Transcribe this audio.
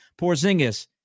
Porzingis